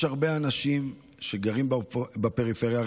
יש הרבה אנשים שגרים בפריפריה.